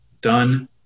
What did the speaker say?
done